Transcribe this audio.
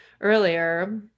earlier